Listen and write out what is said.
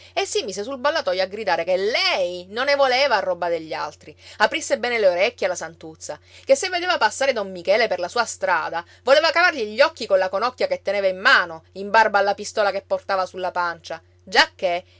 e si mise sul ballatoio a gridare che lei non ne voleva roba degli altri aprisse bene le orecchie la santuzza che se vedeva passare don michele per la sua strada voleva cavargli gli occhi con la conocchia che teneva in mano in barba alla pistola che portava sulla pancia giacché